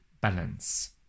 balance